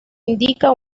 indica